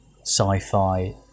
sci-fi